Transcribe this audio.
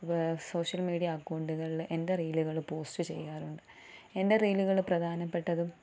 social media അക്കൗണ്ടുകളിൽ എൻ്റെ റീലുകൾ പോസ്റ്റ് ചെയ്യാറുണ്ട് എൻ്റെ റീലുകൾ പ്രധാനപ്പെട്ടതും